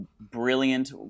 brilliant